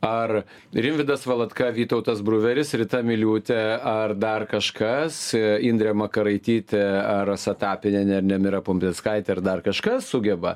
ar rimvydas valatka vytautas bruveris rita miliūtė ar dar kažkas indrė makaraitytė a rasa tapinienė ar nemira pumprickaitė ar dar kažkas sugeba